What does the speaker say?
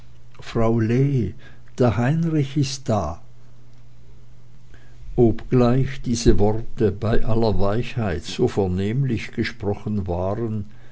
frau lee der heinrich ist da obgleich diese worte bei aller weichheit so vernehmlich gesprochen waren